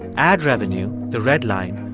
ad revenue, the red line,